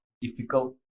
difficult